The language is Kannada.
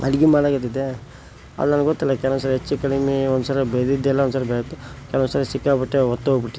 ಅಡ್ಗೆ ಮಾಡಕ್ಕತ್ತಿದ್ದೆ ಅಲ್ಲಿ ನನಗೆ ಗೊತ್ತಿಲ್ಲ ಕೆಲವೊಂದು ಸರಿ ಹೆಚ್ಚು ಕಡಿಮೆ ಒಂದು ಸಲ ಬೆಂದಿದ್ದೆ ಇಲ್ಲ ಒಂದು ಸಲ ಬೇಯುತ್ತೆ ಕೆಲವೊಂದು ಸರಿ ಸಿಕ್ಕಾಪಟ್ಟೆ ಒತ್ತೊಗ್ಬಿಟ್ಟಿತ್ತು